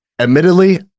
Admittedly